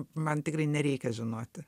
man tikrai nereikia žinoti